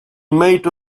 made